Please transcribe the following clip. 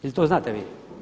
Jel' to znate vi?